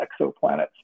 exoplanets